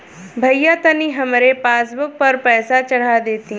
भईया तनि हमरे पासबुक पर पैसा चढ़ा देती